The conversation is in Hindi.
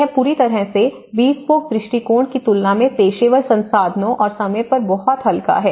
यह पूरी तरह से बीस्पोक दृष्टिकोण की तुलना में पेशेवर संसाधनों और समय पर बहुत हल्का है